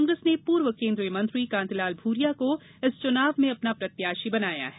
कांग्रेस ने पूर्व केन्द्रीय मंत्री कांतिलाल भूरिया को इस चुनाव में अपना प्रत्याशी बनाया है